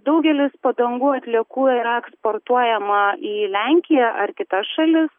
daugelis padangų atliekų yra eksportuojama į lenkiją ar kitas šalis